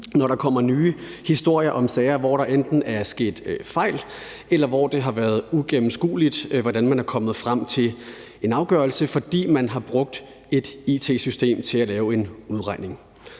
når der kommer nye historier om sager, hvor der enten er sket fejl, eller hvor det har været ugennemskueligt, hvordan man er kommet frem til en afgørelse, fordi man har brugt et it-system til at lave en udregning.